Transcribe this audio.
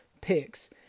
picks